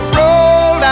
roll